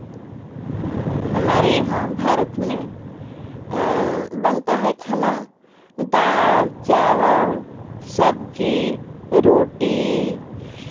हमारे यहाँ भारत में बनता है खाना दाल चावल सब्जी रोटी